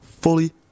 fully